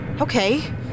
Okay